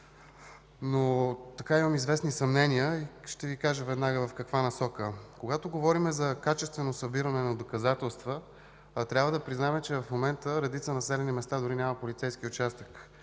проблем. Имам известни съмнения и ще Ви кажа веднага в каква насока. Когато говорим за качествено събиране на доказателства, а трябва да признаем, че в момента в редица населени места дори няма полицейски участък